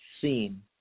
seen